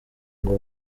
ngo